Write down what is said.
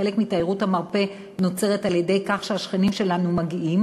חלק מתיירות המרפא נוצרת על-ידי כך שהשכנים שלנו מגיעים